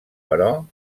però